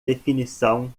definição